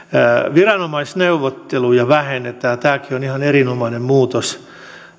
viranomaisneuvotteluja vähennetään tämäkin on ihan erinomainen muutos